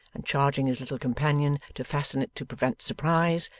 and charging his little companion to fasten it to prevent surprise,